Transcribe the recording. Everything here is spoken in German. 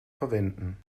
verwenden